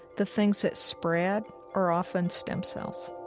the things that spread, are often stem cells